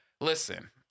Listen